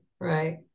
right